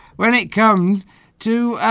when it comes to